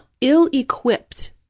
ill-equipped